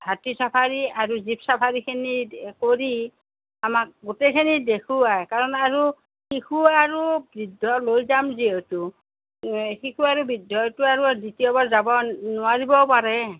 হাতী চাফাৰী আৰু জিপ চাফাৰীখিনি কৰি আমাক গোটেইখিনি দেখুৱাই কাৰণ আৰু শিশু আৰু বৃদ্ধ লৈ যাম যিহেতু শিশু আৰু বৃদ্ধইটো আৰু দ্বিতীয়বাৰ যাব নোৱাৰিবও পাৰে